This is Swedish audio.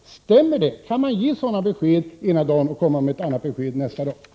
Stämmer det? Kan man ge sådana besked ena dagen och säga någonting annat andra dagen?